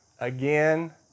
again